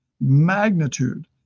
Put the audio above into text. magnitude